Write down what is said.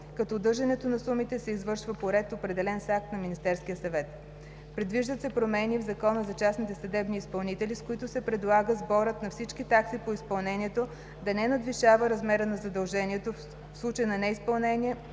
като удържането на сумите се извършва по ред, определен с акт на Министерския съвет. Предвиждат се промени в Закона за частните съдебни изпълнители, с които се предлага сборът на всички такси по изпълнението да не надвишава размера на задължението, в случай на изпълнение